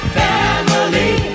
family